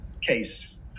case